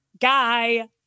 guy